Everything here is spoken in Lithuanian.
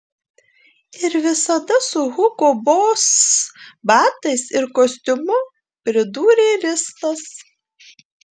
ir visada su hugo boss batais ir kostiumu pridūrė ristas